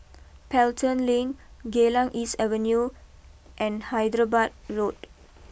Pelton Link Geylang East Avenue and Hyderabad Road